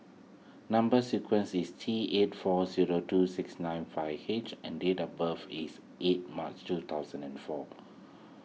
Number Sequence is T eight four zero two six nine five H and date of birth is eight March two thousand and four